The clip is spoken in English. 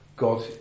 God